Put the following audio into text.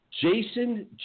Jason